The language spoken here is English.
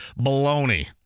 baloney